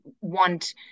want